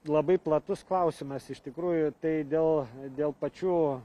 labai platus klausimas iš tikrųjų tai dėl dėl pačių